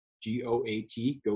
G-O-A-T